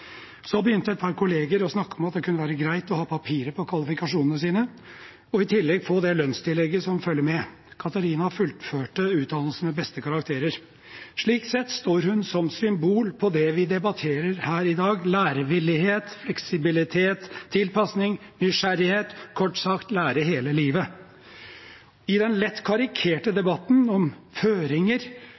Så begynte et par kolleger å snakke om at det kunne være greit å ha papirer på kvalifikasjonene sine og i tillegg få det lønnstillegget som følger med. Catarina fullførte utdannelsen med beste karakterer. Slik sett står hun som symbol på det vi debatterer her i dag: lærevillighet, fleksibilitet, tilpasning, nysgjerrighet – kort sagt, lære hele livet. I den lett karikerte debatten om føringer